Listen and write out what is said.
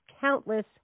countless